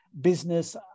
business